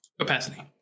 Opacity